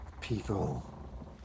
People